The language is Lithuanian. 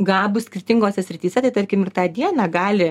gabūs skirtingose srityse tai tarkim ir tą dieną gali